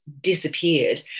disappeared